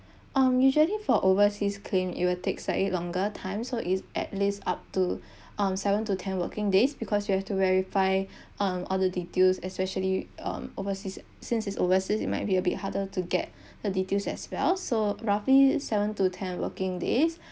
um usually for overseas claim it will take slightly longer time so it's at least up to um seven to ten working days because we have to verify um all the details especially uh overseas since it's overseas it might be a bit harder to get the details as well so roughly seven to ten working days